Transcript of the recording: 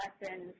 lessons